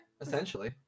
essentially